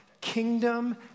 kingdom